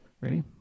Ready